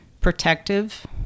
protective